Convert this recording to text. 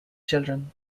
children